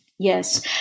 Yes